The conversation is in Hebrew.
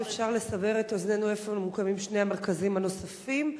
אם אפשר לסבר את אוזנינו איפה ממוקמים שני המרכזים הנוספים.